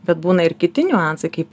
bet būna ir kiti niuansai kaip